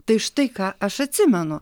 tai štai ką aš atsimenu